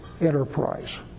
enterprise